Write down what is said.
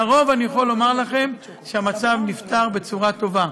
לרוב, אני יכול לומר לכם, המצב נפתר בצורה טובה.